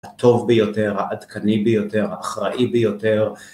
בוקר טוב